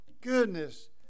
Goodness